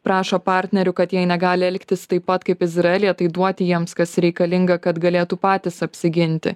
prašo partnerių kad jei negali elgtis taip pat kaip izraelyje tai duoti jiems kas reikalinga kad galėtų patys apsiginti